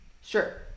Sure